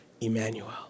Emmanuel